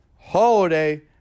Holiday